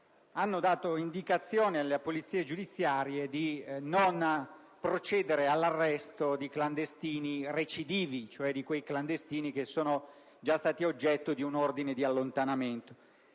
hanno dato indicazioni alle polizie giudiziarie di non procedere all'arresto di clandestini recidivi, quelli cioè che sono già stati oggetto di un ordine di allontanamento.